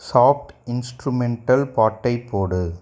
soft instrumental பாட்டை போடு